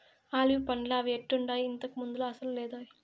olive పండ్లా అవి ఎట్టుండాయి, ఇంతకు ముందులా అసలు లేదోయ్